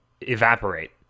evaporate